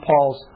Paul's